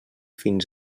fins